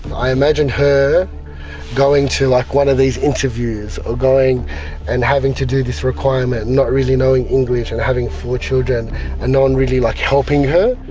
i imagine her going to like one of these interviews or going and having to do this requirement, not really knowing english, and having four children and no one really like helping her.